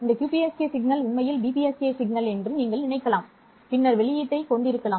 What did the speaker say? இந்த QPSK சமிக்ஞை உண்மையில் BPSK சமிக்ஞை என்று நீங்கள் நினைக்கலாம் பின்னர் வெளியீட்டைக் கொண்டிருக்கலாம்